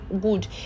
good